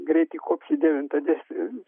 greit įkops į devintą dešimt